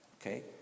Okay